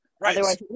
Right